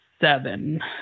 seven